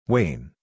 Wayne